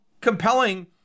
compelling